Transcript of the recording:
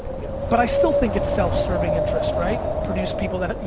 yeah but i still think it's self-serving interest, right, produce people that, yeah